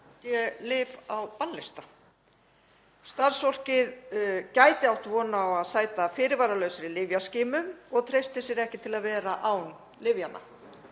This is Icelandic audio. ADHD-lyf á bannlista. Starfsfólkið gæti átt von á að sæta fyrirvaralausri lyfjaskimun og treysti sér ekki til að vera án lyfjanna.